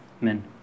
men